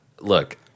Look